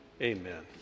amen